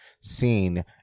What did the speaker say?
seen